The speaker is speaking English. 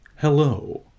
Hello